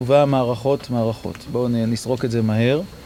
והמערכות, מערכות. בואו נסרוק את זה מהר.